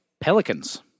Pelicans